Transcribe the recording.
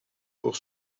pour